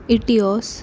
Etios